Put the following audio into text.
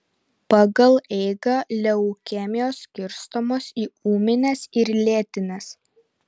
pagal eigą leukemijos skirstomos į ūmines ir lėtines